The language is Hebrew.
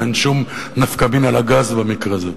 אין שום נפקא מינה לגז במקרה הזה.